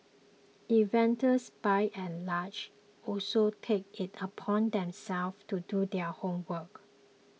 investors by and large also take it upon themselves to do their homework